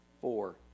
four